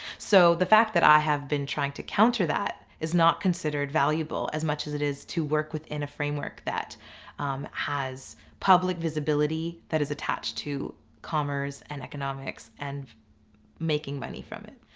so the fact that i have been trying to counter that, is not considered valuable as much as it is to work within a framework that has public visibility, that is attached to commerce and economics, and making money from it.